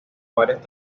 varios